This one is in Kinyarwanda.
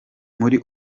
muri